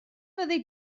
fyddi